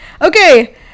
okay